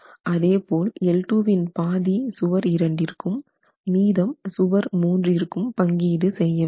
அதேபோல L2 இன் பாதி சுவர் இரண்டிற்கும் மீதம் சுவர் மூன்றிற்கும் பங்கீடு செய்ய வேண்டும்